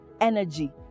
energy